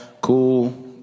cool